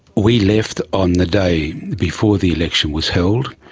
we left on the day before the election was held.